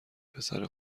پسر